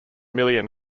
million